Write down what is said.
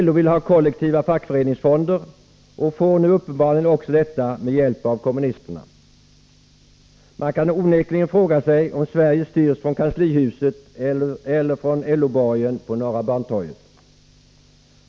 LO vill ha kollektiva fackföreningsfonder — och får nu uppenbarligen också detta, med hjälp av kommunisterna. Man kan onekligen fråga sig om Sverige styrs från kanslihuset eller från LO-borgen på Norra Bantorget.